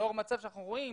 לאור המצב שאנחנו רואים,